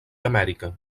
amèrica